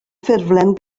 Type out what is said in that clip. ffurflen